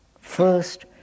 First